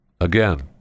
Again